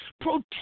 Protect